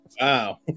Wow